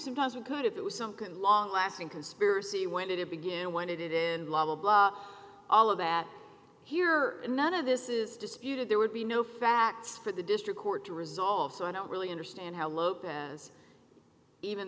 sometimes we could if it was sunk and long lasting conspiracy when did it begin and why did it in all of that here none of this is disputed there would be no facts for the district court to resolve so i don't really understand how lopez even